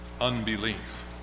Unbelief